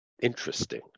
interesting